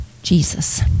Jesus